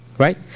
Right